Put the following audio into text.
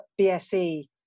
BSE